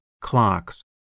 clocks